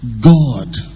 God